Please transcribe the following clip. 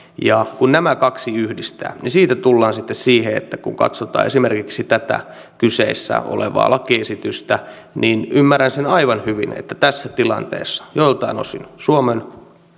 ja kun nämä kaksi yhdistää niin siitä tullaan sitten siihen että kun katsotaan esimerkiksi tätä kyseessä olevaa lakiesitystä niin ymmärrän sen aivan hyvin että tässä tilanteessa joltain osin suomen